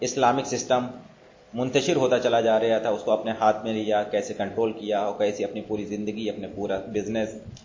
Islamic system منتشر ہوتا چلا جا رہا تھا اس کو اپنے ہاتھ میں لیا کیسے کنٹرول کیا اور کیسے اپنی پوری زندگی اپنے پورا بزنس